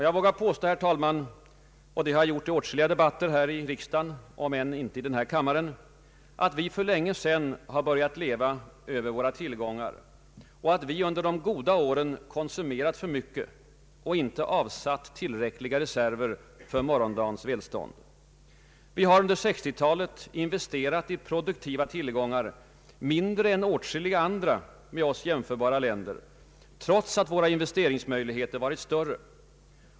Jag vågar påstå, herr talman, — det har jag gjort i åtskilliga debatter här i riksdagen, om än inte i denna kammare — att vi för länge sedan börjat leva över våra tillgångar, att vi under de goda åren konsumerat för mycket och inte avsatt tillräckliga reserver för morgondagens välstånd. Vi har under 1960 talet investerat i produktiva tillgångar mindre än åtskilliga andra med oss jämförbara länder, trots att våra investeringsmöjligheter varit större.